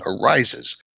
arises